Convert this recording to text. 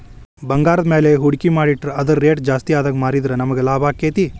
ಭಂಗಾರದ್ಮ್ಯಾಲೆ ಹೂಡ್ಕಿ ಮಾಡಿಟ್ರ ಅದರ್ ರೆಟ್ ಜಾಸ್ತಿಆದಾಗ್ ಮಾರಿದ್ರ ನಮಗ್ ಲಾಭಾಕ್ತೇತಿ